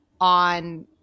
on